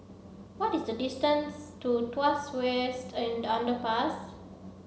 what is the distance to Tuas West in Underpass